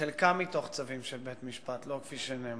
חלקן מתוך צווים של בית-משפט, לא כפי שנאמר.